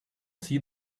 see